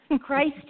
Christ